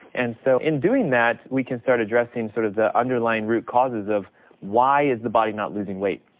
and so in doing that, we can start addressing sort of the underlying root causes of why is the body not losing weight.